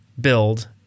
build